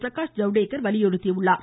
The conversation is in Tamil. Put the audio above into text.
பிரகாஷ் ஜவ்டேகர் வலியுறுத்தியுள்ளார்